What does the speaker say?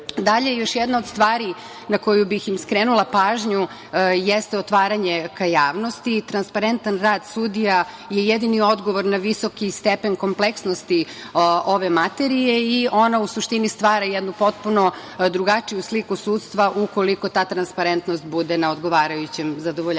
još jedna od stvari na koju bih im skrenula pažnju jeste otvaranje ka javnosti. Transparentan rad sudija je jedini odgovor na visoki stepen kompleksnosti ove materije i ona u suštini stvara jednu potpuno drugačiju sliku sudstva, ukoliko ta transparentnost bude na odgovarajućem zadovoljavajućem